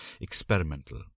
experimental